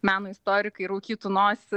meno istorikai raukytų nosį